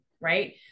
right